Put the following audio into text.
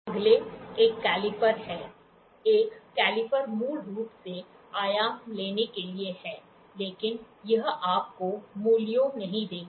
अगले एक कैलीपर है एक कैलीपर मूल रूप से आयाम लेने के लिए है लेकिन यह आपको मूल्यों नहीं देगा